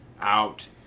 Out